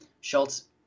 Schultz